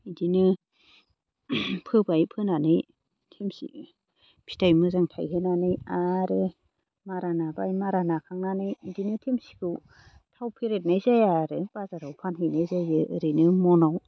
बिदिनो फोबाय फोनानै थेमसि फिथाइ मोजां थायहोनानै आरो मारा नाबाय मारा नाखांनानै बिदिनो थेमसिखौ थाव फेरेदनाय जाया आरो बाजाराव फानहैनाय जायो ओरैनो मनआव